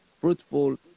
fruitful